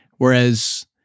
Whereas